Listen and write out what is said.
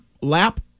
lap